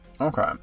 okay